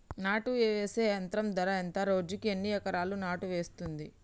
నాటు వేసే యంత్రం ధర ఎంత రోజుకి ఎన్ని ఎకరాలు నాటు వేస్తుంది?